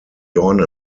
dorn